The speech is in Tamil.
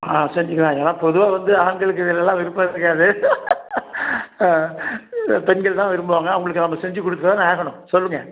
ஆ செஞ்சிக்குலாங்க பொதுவாக வந்து ஆண்களுக்கு இதில் எல்லாம் விருப்பம் இருக்காது ஆ ஆ பெண்கள் தான் விரும்புவாங்க அவங்களுக்காக நம்ம செஞ்சு கொடுத்து தானே ஆகணும் சொல்லுங்கள்